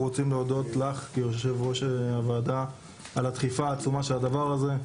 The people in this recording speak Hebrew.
אנחנו רוצים להודות לך כיושב-ראש הוועדה על הדחיפה העצומה של הדבר הזה.